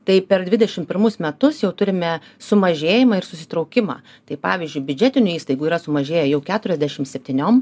tai per dvidešim pirmus metus jau turime sumažėjimą ir susitraukimą tai pavyzdžiui biudžetinių įstaigų yra sumažėję jau keturiasdešim septyniom